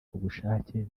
kubushake